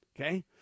Okay